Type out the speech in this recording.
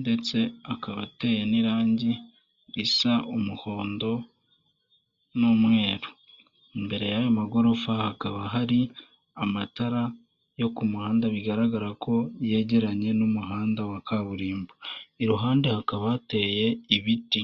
ndetse akaba ateye n’irangi risa umuhondo n’umweru. Imbere y’ayo magorofa, hakaba hari amatara yo ku muhanda bigaragara ko yegeranye n’umuhanda wa kaburimbo iruhande hakaba hateye ibiti.